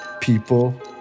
people